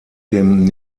dem